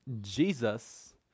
Jesus